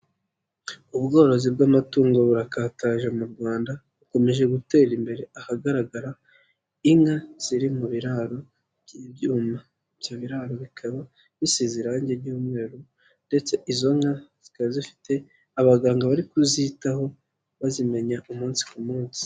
Ubworozi bw'amatungo burakataje mu Rwanda, bukomeje gutera imbere ahagaragara inka ziri mu biraro by'ibyuma, ibyo biraro bikaba bisize irangi ry'mweru ndetse izo nka zikaba zifite abaganga bari kuzitaho bazimenya umunsi ku munsi.